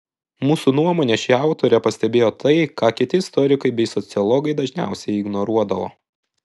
mūsų nuomone ši autorė pastebėjo tai ką kiti istorikai bei sociologai dažniausiai ignoruodavo